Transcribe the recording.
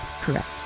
Correct